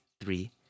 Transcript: three